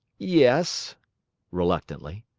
yes reluctantly.